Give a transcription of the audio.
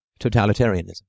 totalitarianism